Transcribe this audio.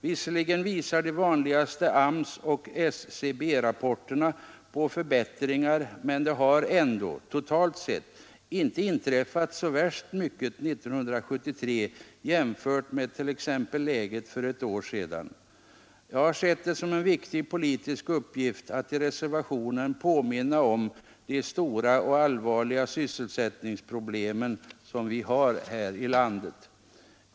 Visserligen visar de vanligaste AMS och SCB-rapporterna på förbättringar, men det har ändå — totalt sett — inte inträffat så värst mycket 1973 jämfört med t.ex. läget för ett år sedan. Jag har sett det som en viktig politisk uppgift att i reservationen påminna om de stora och allvarliga sysselsättningsproblem som vi har här i landet.